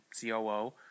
COO